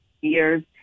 years